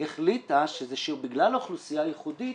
החליטה שבגלל האוכלוסייה הייחודית